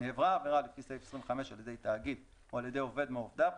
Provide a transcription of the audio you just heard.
נעברה עבירה לפי סעיף 25 על ידי תאגיד או על ידי עובד מעובדיו,